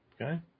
okay